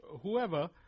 whoever